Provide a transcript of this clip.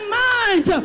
mind